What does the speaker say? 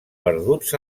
perduts